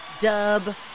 dub